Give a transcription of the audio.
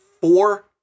four